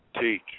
teach